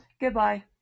Goodbye